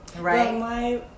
right